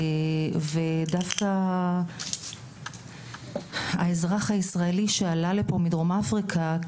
ודווקא האזרח הישראלי שעלה לפה מדרום אפריקה,